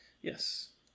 Yes